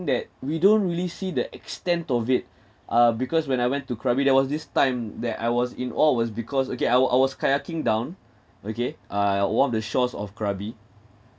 that we don't really see the extent of it uh because when I went to krabi there was this time that I was in awe was because okay I wa~ I was kayaking down okay uh one of the shores of krabi